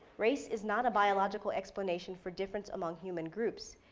race is not a biological explanation for difference among human groups.